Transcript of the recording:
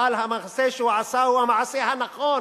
אבל המעשה שהוא עשה הוא המעשה הנכון,